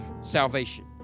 salvation